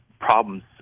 problems